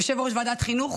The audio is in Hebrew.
יושב-ראש ועדת החינוך,